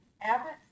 Abbott